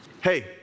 Hey